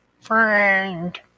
friend